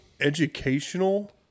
educational